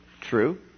True